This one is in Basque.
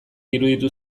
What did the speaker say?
iruditu